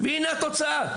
זו התוצאה,